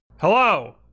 hello